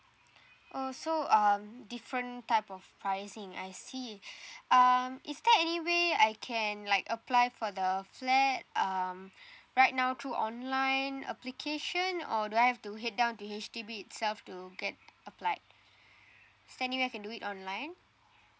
oh so um different type of pricing I see um is there anyway I can like apply for the flat um right now through online application or do I have to head down to H_D_B itself to get applied anyway I can do it online